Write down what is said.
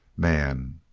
man!